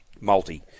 multi